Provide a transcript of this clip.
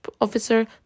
Officer